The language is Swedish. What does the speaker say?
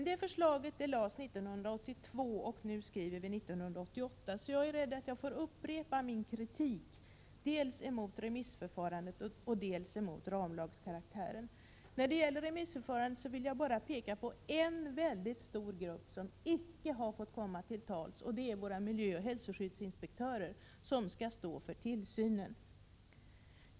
Det förslaget lades fram 1982, och nu skriver vi 1988. Jag är därför rädd att jag måste upprepa min kritik dels när det gäller remissförfarandet, dels när det gäller ramlagskaraktären. I fråga om remissförfarandet vill jag bara peka på en väldigt stor grupp som icke har fått komma till tals — nämligen våra miljöoch hälsoskyddsinspektörer, som skall stå för tillsynen.